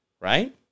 Right